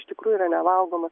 iš tikrųjų yra nevalgomas